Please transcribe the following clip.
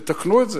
ותתקנו את זה.